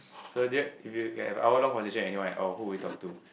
so do you if you have an hour long conversation with anyone at all who will you talk to